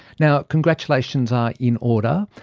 now, congratulations are in order.